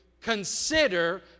consider